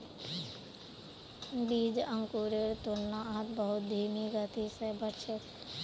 बीज अंकुरेर तुलनात बहुत धीमी गति स बढ़ छेक